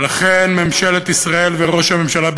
ולכן ממשלת ישראל וראש הממשלה,